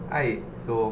hi so